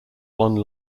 one